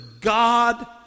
God